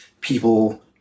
people